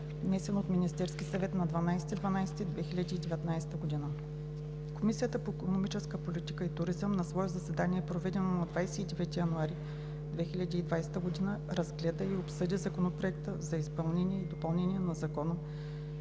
внесен от Министерския съвет на 12 декември 2019 г. Комисията по икономическа политика и туризъм на свое заседание, проведено на 29 януари 2020 г., разгледа и обсъди Законопроект за изменение и допълнение на Закона